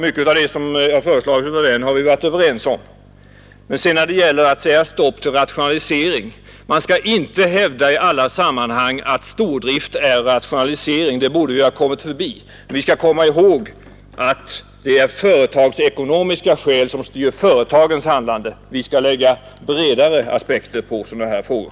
Mycket av det som samarbetsutredningen föreslagit har vi varit överens om. Men när det sedan gäller att ”sätta stopp för rationalisering”, så skall man inte i alla sammanhang hävda att stordrift är rationalisering. Det borde vi ha kommit förbi. Vi skall komma ihåg att det är företagsekonomiska skäl som styr företagens handlande. Vi skall lägga en bredare bedömningsgrund på sådana här frågor.